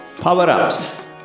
Power-Ups